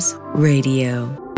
Radio